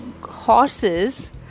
horses